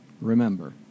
remember